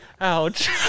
ouch